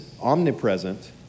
omnipresent